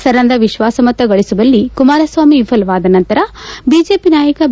ಸದನದ ವಿಶ್ವಾಸಮತ ಗಳಿಸುವಲ್ಲಿ ಕುಮಾರಸ್ವಾಮಿ ವಿಫಲವಾದ ನಂತರ ಬಿಜೆಪಿ ನಾಯಕ ಬಿ